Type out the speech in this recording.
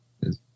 Yes